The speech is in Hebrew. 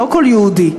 לא כל יהודי,